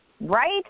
Right